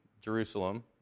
Jerusalem